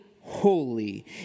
holy